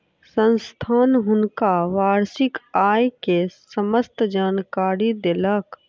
संस्थान हुनका वार्षिक आय के समस्त जानकारी देलक